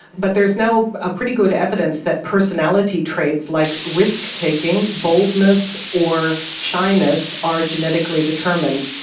but there is now ah pretty good evidence that personality traits like risk-taking, boldness or shyness are genetically determined.